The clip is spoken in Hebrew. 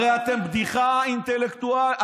הרי אתם בדיחה אינטלקטואלית,